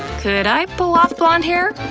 could i pull off blonde hair?